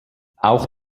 auch